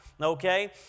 Okay